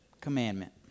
commandment